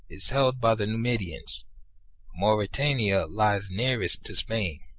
is held by the numidians mauritania lies nearest to spain.